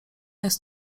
jest